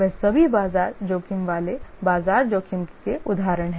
वे सभी बाजार जोखिम वाले बाजार जोखिम के उदाहरण हैं